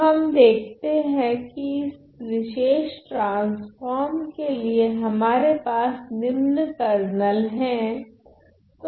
तो हम देखते है कि इस विशेष ट्रान्स्फ़ोर्म के लिए हमारे पास निम्न कर्नल हैं